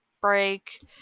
break